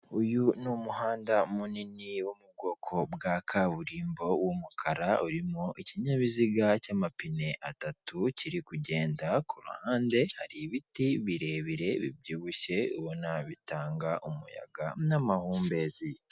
Uyu ni umuhanda munini wo mu bwoko bwa kaburimbo w'umukara urimo ikinyabiziga cy'amapine atatu kiri kugenda. Ku ruhande hari ibiti birebire bibyibushye ubona bitanga umuyaga n'amahumbezi.